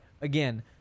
again